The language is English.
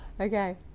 Okay